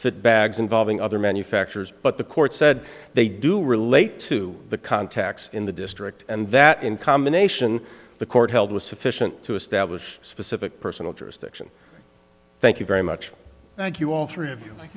fit bags involving other manufacturers but the court said they do relate to the contacts in the district and that in combination the court held was sufficient to establish specific personal jurisdiction thank you very much thank you all three of